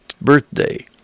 birthday